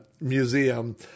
museum